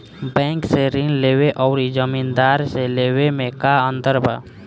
Bank से ऋण लेवे अउर जमींदार से लेवे मे का अंतर बा?